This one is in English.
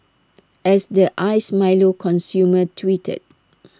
as the iced milo consumer tweeted